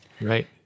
Right